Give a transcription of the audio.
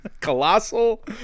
Colossal